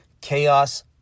Chaos